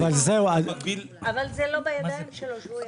אבל זה לא בידיים שלו.